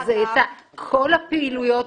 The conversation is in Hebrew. אז כל הפעילויות,